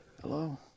Hello